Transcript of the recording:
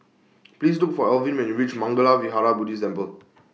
Please Look For Elvin when YOU REACH Mangala Vihara Buddhist Temple